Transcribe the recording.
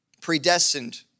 predestined